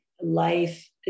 Life